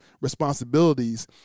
responsibilities